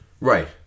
Right